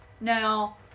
Now